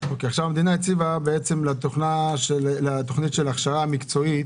המדינה הציבה לתוכנית של ההכשרה המקצועית